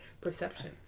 Perception